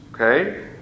Okay